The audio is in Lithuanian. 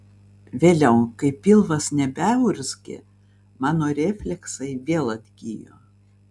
vėliau kai pilvas nebeurzgė mano refleksai vėl atgijo